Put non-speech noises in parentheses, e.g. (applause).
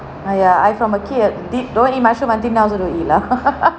!haiya! I from a kid ah did don't want to eat mushroom until now also don't want to eat lah (laughs)